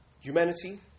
Humanity